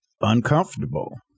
uncomfortable